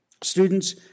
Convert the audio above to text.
Students